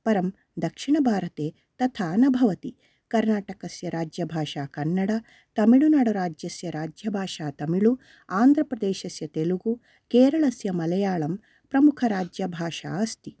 परं दक्षिणभारते तथा न भवति कर्णाटकस्य राज्यभाषा कन्नड तामिलु नाडु राज्यसय राज्यभाषा तमिलु आन्ध्रप्रदेशस्य तेलगु केरलस्य मलयालं प्रमुखराज्यभाषा अस्ति